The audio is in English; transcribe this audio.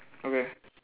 okay